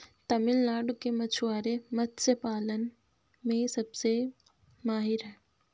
तमिलनाडु के मछुआरे मत्स्य पालन में सबसे माहिर हैं